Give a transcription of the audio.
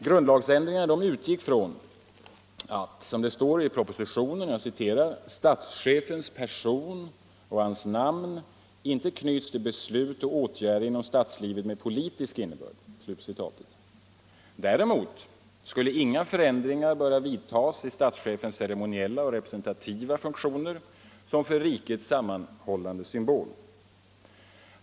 Om åtgärder för att avskaffa påminnelser om att Sverige är en monarki inom statslivet med politisk innebörd”. Däremot skulle inga förändringar böra vidtas i statschefens ceremoniella och representativa funktioner som för riket sammanhållande symbol.